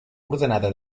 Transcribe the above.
ordenada